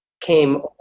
came